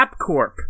AppCorp